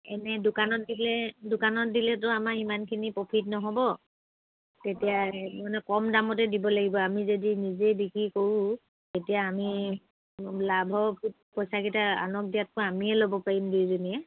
এনে দোকানত দিলে দোকানত দিলেতো আমাৰ ইমানখিনি প্ৰ'ফিট নহ'ব তেতিয়া মানে কম দামতে দিব লাগিব আমি যদি নিজেই বিক্ৰী কৰোঁ তেতিয়া আমি লাভৰ পইচাকেইটা আনক দিয়াতকৈ আমিয়ে ল'ব পাৰিম দুইজনীয়ে